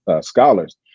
scholars